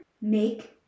make